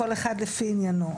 כל אחד לפי ענייננו.